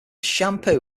shampoo